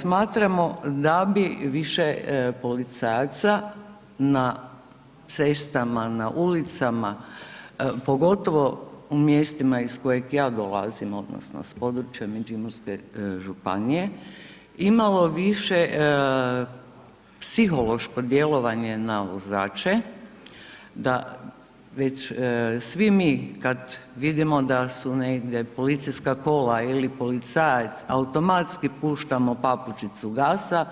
Smatramo da bi više policajaca na cestama, na ulicama, pogotovo u mjestima iz kojeg ja dolazim, odnosno s područja Međimurske županije imalo više psihološko djelovanje na vozače da već svi mi kad vidimo da su negdje policijska kola ili policajac automatski puštamo papučicu gasa,